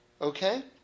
Okay